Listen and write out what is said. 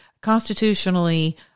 constitutionally